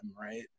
right